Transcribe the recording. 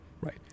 right